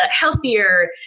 healthier